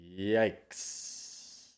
Yikes